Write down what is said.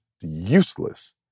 useless